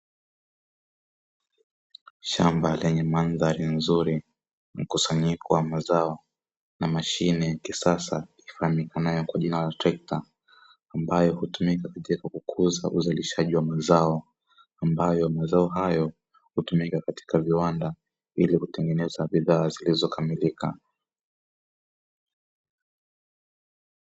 Shamba lenye mandhari nzuri mkusanyiko wa mazao, na mashine ya kisasa ijulikanayo kwa jina la trekta, ambayo hutumika katika kukuza uzalishaji wa mazao, ambayo mazao hayo hutumika katika viwanda ili kutengeneza bidhaa zilizokamilika.